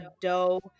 dough